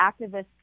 activists